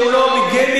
שהוא לא ביגמי,